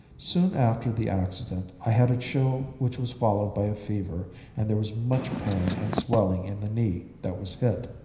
soon after the accident i had a chill which was followed by a fever and there was much pain and swelling in the knee that was hit.